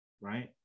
right